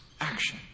action